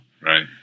Right